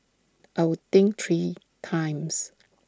I would think three times